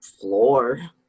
floor